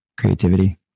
creativity